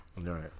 Right